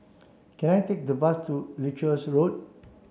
can I take the bus to Leuchars Road